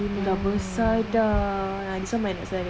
dah besar dah this [one] my anak sedara